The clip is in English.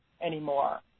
anymore